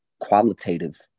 qualitative